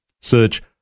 Search